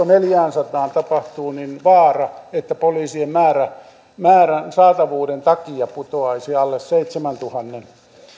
neljäänsataan tapahtuu vaara että poliisien määrä saatavuuden takia putoaisi alle seitsemäntuhannen